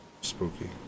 Spooky